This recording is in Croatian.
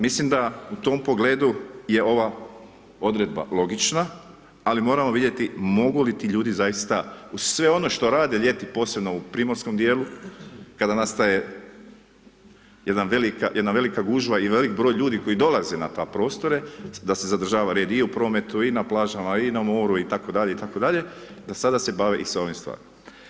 Mislim da u tom pogledu je ova odredba logična ali moramo vidjeti mogu li ti ljudi zaista uz sve ono što rade ljeti, posebno u primorskom djelu kada nastaje jedna velika gužva i velik broj ljudi koji dolaze na te prostore, da se zadržava redi u prometu i na plažama i na moru itd., itd., da sada se bave i sa ovim stvarima.